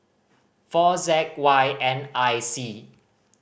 four Z Y N I C